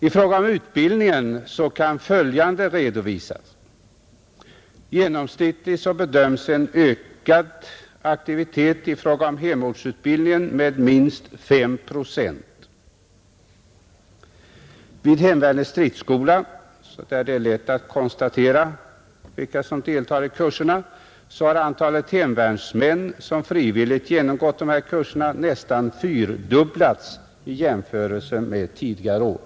I fråga om utbildningen kan följande redovisas: Genomsnittligt bedöms en ökad aktivitet av hemvärnsutbildningen med minst 5 procent. Vid hemvärnets stridsskola har antalet hemvärnsmän som frivilligt genomgår kurser nästan fyrdubblats i jämförelse med tidigare år.